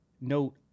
note